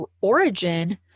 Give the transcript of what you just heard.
origin